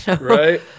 Right